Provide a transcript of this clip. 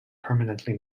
permanently